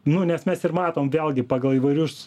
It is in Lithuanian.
nu nes mes ir matom vėlgi pagal įvairius